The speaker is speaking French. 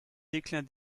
déclin